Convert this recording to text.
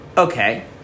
Okay